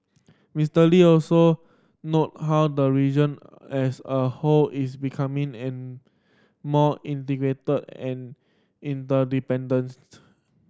Mister Lee also noted how the region as a whole is becoming and more integrated and interdependent